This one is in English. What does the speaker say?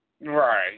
Right